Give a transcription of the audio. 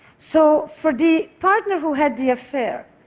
so for the partner who had the affair,